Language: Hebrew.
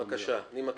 בבקשה, אני מקשיב.